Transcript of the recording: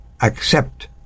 accept